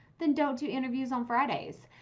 then don't do interviews on fridays.